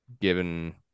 given